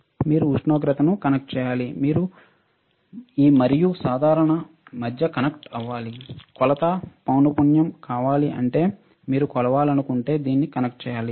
మీరు ఉష్ణోగ్రతను కనెక్ట్ చేయాలి మీరు ఈ మరియు సాధారణ మధ్య కనెక్ట్ అవ్వాలి కొలత పౌనపున్యం కావాలంటే మీరు కొలవాలనుకుంటే దీన్ని కనెక్ట్ చేయాలి